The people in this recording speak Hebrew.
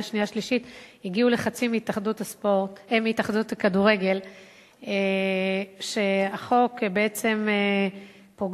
שנייה ושלישית הגיעו לחצים מהתאחדות הכדורגל שהחוק בעצם פוגע,